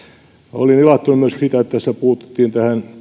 olin ilahtunut myös siitä että tässä puututtiin